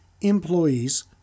employees